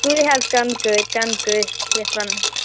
سُے حظ کَنٛدکٔرۍ کَنٛدکٔرۍ یَتھ وَنان چھِ